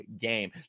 game